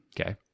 Okay